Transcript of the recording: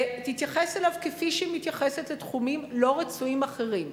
ותתייחס אליו כפי שהיא מתייחסת לתחומים לא רצויים אחרים,